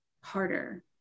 harder